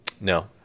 No